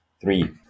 three